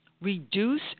Reduce